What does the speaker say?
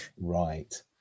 right